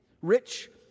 Rich